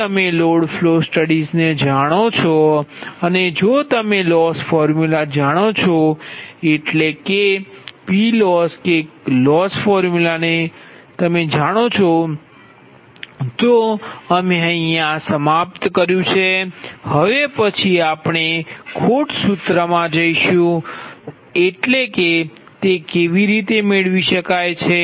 જો તમે load flow સ્ટડીઝને જાણો છો અને જો તમે લોસ ફોર્મ્યુલા જાણો છો એટલે કે PLossકે લોસ ફોર્મ્યુલાને તો અમે આ સમાપ્ત કર્યા પછી ખોટ સૂત્રમાં જઈશું કે તે કેવી રીતે મેળવી શકાય છે